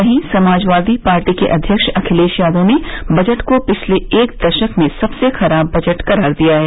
वहीं समाजवादी पार्टी के अध्यक्ष अखिलेश यादव ने बजट को पिछले एक दशक में सबसे खराब बजट करार दिया है